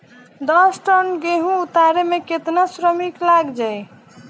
दस टन गेहूं उतारे में केतना श्रमिक लग जाई?